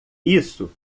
isso